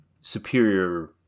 superior